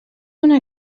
una